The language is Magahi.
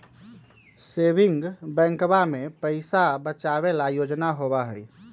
सेविंग बैंकवा में पैसा बचावे ला योजना होबा हई